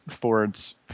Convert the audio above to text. Ford's